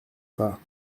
pas